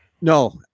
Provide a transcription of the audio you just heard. No